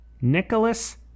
Nicholas